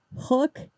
hook